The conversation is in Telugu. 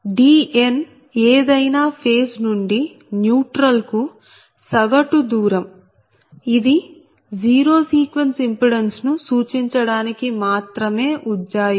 Dn ఏదైనా ఫేజ్ నుండి న్యూట్రల్ కు సగటు దూరం ఇది జీరో సీక్వెన్స్ ఇంపిడెన్స్ ను సూచించడానికి మాత్రమే ఉజ్జాయింపు